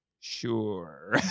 sure